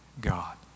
God